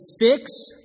fix